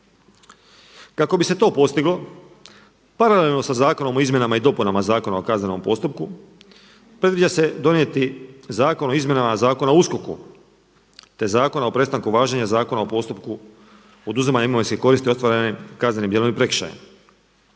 Kako bi se to postiglo paralelno sa Zakonom o izmjenama i dopunama Zakona o kaznenom postupku predviđa se donijeti Zakon o izmjenama Zakona o USKOK-u, te Zakona o prestanku važenja Zakona o postupku oduzimanja imovinske koristi ostvarene kaznenim djelom i prekršajem.